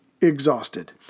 exhausted